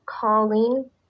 Colleen